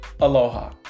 Aloha